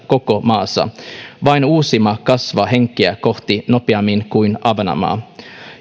koko maassa vain uusimaa kasvaa henkeä kohti nopeammin kuin ahvenanmaa